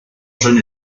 jeune